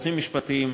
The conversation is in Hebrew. יועצים משפטיים,